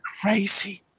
crazy